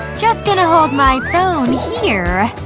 just gonna hold my phone here.